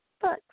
books